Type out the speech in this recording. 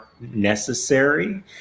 necessary